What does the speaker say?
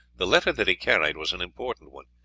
the letter that he carried was an important one.